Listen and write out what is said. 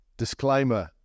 Disclaimer